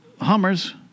Hummers